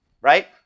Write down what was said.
right